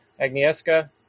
Agnieszka